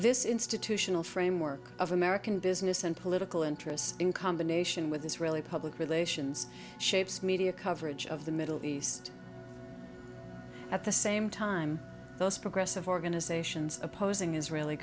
this institutional framework of american business and political interests in combination with israeli public relations shapes media coverage of the middle east at the same time those progressive organizations opposing israeli